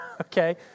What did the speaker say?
okay